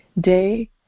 day